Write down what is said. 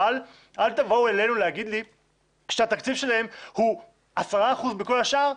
אבל אל תבואו אלינו להגיד לי שהתקציב שלהם הוא 10% מכל השאר,